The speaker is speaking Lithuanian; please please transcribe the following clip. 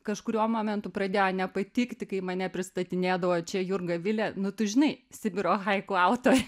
kažkuriuo momentu pradėjo nepatikti kai mane pristatinėdavo čia jurga vilė nu tu žinai sibiro haiku autorė